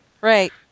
Right